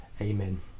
amen